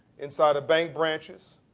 inside of bank branches,